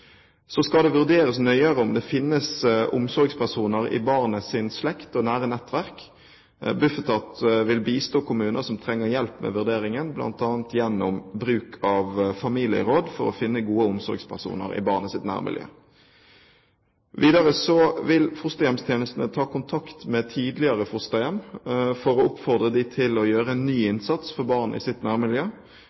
skal det vurderes nøyere om det finnes omsorgspersoner i barnets slekt og nære nettverk. Bufetat vil bistå kommuner som trenger hjelp med vurderingen, bl.a. gjennom bruk av familieråd, for å finne gode omsorgspersoner i barnets nærmiljø. Videre vil fosterhjemstjenestene ta kontakt med tidligere fosterhjem for å oppfordre dem til å gjøre en ny innsats for barn i sitt nærmiljø.